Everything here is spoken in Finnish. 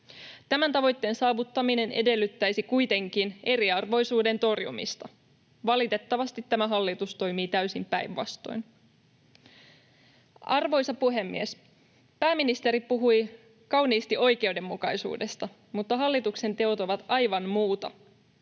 Tämän tavoitteen saavuttaminen edellyttäisi kuitenkin eriarvoisuuden torjumista. Valitettavasti tämä hallitus toimii täysin päinvastoin. Arvoisa puhemies! Pääministeri puhui kauniisti oikeudenmukaisuudesta, mutta hallituksen teot ovat aivan muuta.